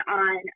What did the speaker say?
on